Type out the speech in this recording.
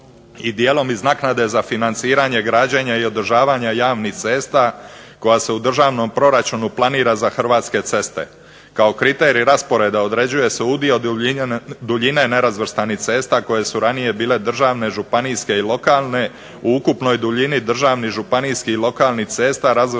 i dijelom iz naknade za financiranje građenja i održavanja javnih cesta koja se u državnom proračunu planira za hrvatske ceste. Kao kriterij rasporeda određuje se udio duljine nerazvrstanih cesta koje su ranije bile državne, županijske i lokalne u ukupnoj duljini državnih, županijskih i lokalnih cesta razvrstanih prema